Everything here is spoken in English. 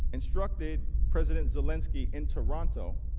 instructed president zelensky in toronto